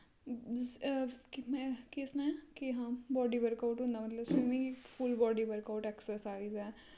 जिस केह् में केह् सनाया केह् हा बाडी वर्क आऊट होंदा मतलव स्विमिंग इक full body workout exercise ऐ